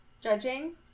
Judging